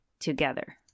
together